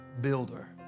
builder